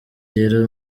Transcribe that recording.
rero